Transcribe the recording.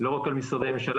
לא רק על משרדי ממשלה,